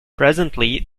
presently